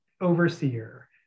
overseer